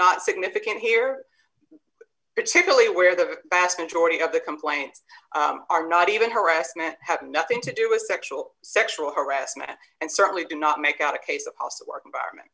not significant here particularly where the vast majority of the complaints are not even harassment have nothing to do with sexual sexual harassment and certainly do not make out a case also work environment